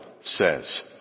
says